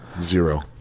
Zero